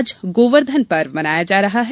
आज गोवर्धन पर्व मनाया जा रहा है